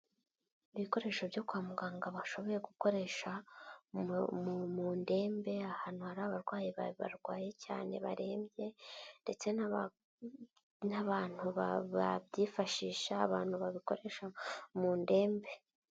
Ibikoresho byo kwa muganga bashoboye gukoresha, mu ndembe ahantu hari abarwayi barwaye cyane barembye ndetse n'abantu babyifashisha, abantu babikoresha mu ndembe.